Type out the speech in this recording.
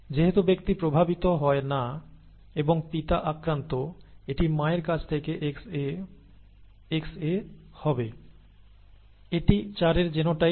যেহেতু ব্যক্তি প্রভাবিত হয় না এবং পিতা আক্রান্ত এটি মায়ের কাছ থেকে XaXA হবে এটি 4 এর জিনোটাইপ